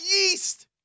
Yeast